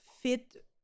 fit